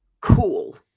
cool